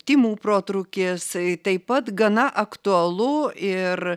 tymų protrūkis taip pat gana aktualu ir